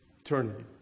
eternity